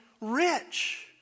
rich